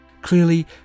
Clearly